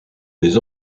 les